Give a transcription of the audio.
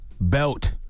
belt